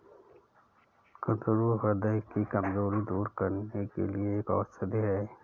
कुंदरू ह्रदय की कमजोरी दूर करने के लिए एक औषधि है